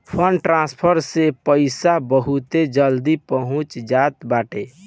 fund transfer से पईसा बहुते जल्दी पहुंच जात बाटे